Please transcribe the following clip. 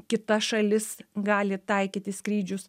kita šalis gali taikyti skrydžius